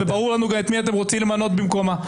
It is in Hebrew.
וברור לנו את מי אתם רוצים למנות במקומה.